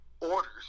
orders